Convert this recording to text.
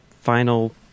final